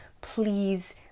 please